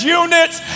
units